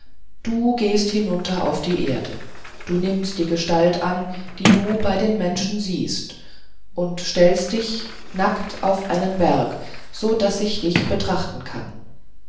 du gehst hinunter auf die erde du nimmst die gestalt an die du bei den menschen siehst und stellst dich nackt auf einen berg so daß ich dich genau betrachten kann